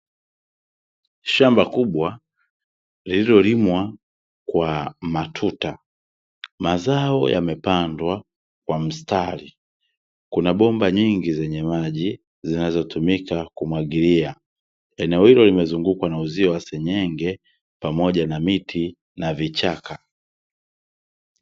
Shamba kubwa lililolimwa kwa matuta. Mazao yamepandwa kwa mstari. Kuna bomba nyingi zenye maji zinazotumika kumwagilia. Eneo hilo limezungukwa na uzio wa senyenge, pamoja na miti na vichaka.